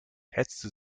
hetzte